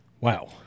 Wow